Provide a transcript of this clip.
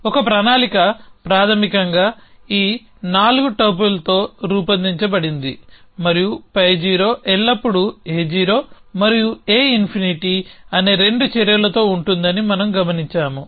ఒక ప్రణాళిక ప్రాథమికంగా ఈ 4 టోపిల్తో రూపొందించబడింది మరియు π0 ఎల్లప్పుడూ A0 మరియు A∞ అనే రెండు చర్యలతో ఉంటుందని మనం గమనించాము